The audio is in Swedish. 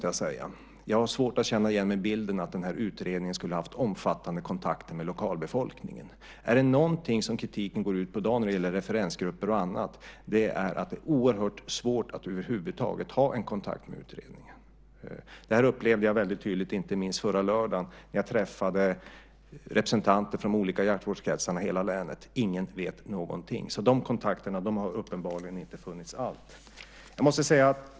Jag har svårt att känna igen mig i bilden att utredningen skulle ha haft omfattande kontakter med lokalbefolkningen. Är det någonting som kritiken går ut på i dag när det gäller referensgrupper och annat är det att det är oerhört svårt att över huvud taget ha en kontakt med utredningen. Det upplevde jag väldigt tydligt inte minst förra lördagen när jag träffade representanter för de olika jaktvårdskretsarna i hela länet. Ingen vet någonting. De kontakterna har uppenbarligen inte funnits alls.